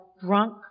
drunk